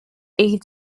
aid